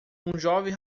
jovem